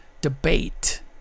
debate